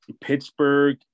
Pittsburgh